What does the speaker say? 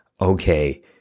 Okay